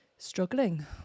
struggling